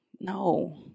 no